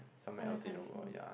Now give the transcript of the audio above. other country